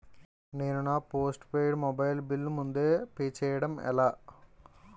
నేను నా postpaid mobile bill ముందే పే చేయడం ఎలా?